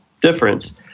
difference